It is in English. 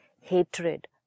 hatred